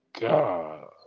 God